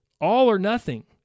All-or-nothing